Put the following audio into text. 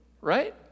right